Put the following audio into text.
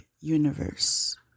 universe